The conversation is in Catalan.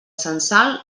censal